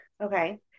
Okay